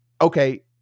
okay